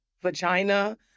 vagina